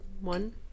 One